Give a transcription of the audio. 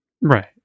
Right